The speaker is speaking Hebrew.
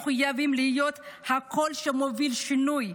מחויבים להיות הקול שמוביל שינוי,